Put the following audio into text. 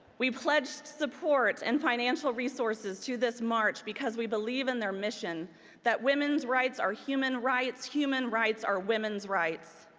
we pledged support. and financial resources to this march because we believe in their mission that women's rights are human rights human rights are women's rights.